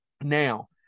now